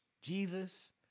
Jesus